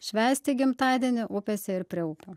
švęsti gimtadienį upėse ir prie upių